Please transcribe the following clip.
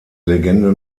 legende